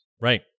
Right